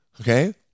Okay